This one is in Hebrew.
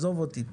עזוב אותי,